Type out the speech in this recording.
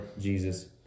Jesus